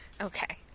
Okay